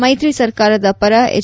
ಮೈತ್ರಿ ಸರ್ಕಾರದ ಪರ ಎಚ್